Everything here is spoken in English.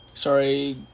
Sorry